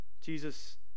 Jesus